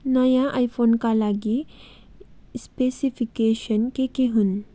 नयाँ आइफोनका लागि स्पेसिफिकेसन के के हुन्